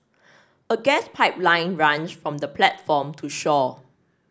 a gas pipeline runs from the platform to shore